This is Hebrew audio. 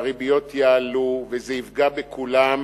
והריביות יעלו, וזה יפגע בכולם,